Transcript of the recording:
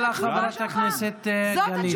תודה לך, חברת הכנסת גלית.